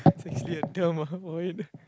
there's actually a term ah for it